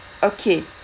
okay